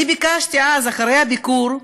ביקשתי אז, אחרי הביקור,